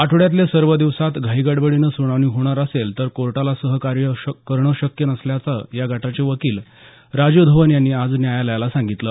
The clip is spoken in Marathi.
आठवड्यातल्या सर्व दिवसात घाई गडबडीने सुनावणी होणार असेल तर कोर्टाला सहकार्य करणं शक्य नसल्याचं या गटाचे वकील राजीव धवन यांनी आज न्यायालयाला सांगितलं